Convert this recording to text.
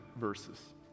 verses